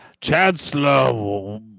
Chancellor